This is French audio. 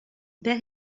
père